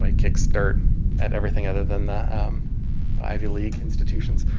like kicks dirt at everything other than the ivy league institutions.